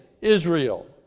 Israel